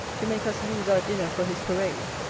to make us lose our dinner for his parade,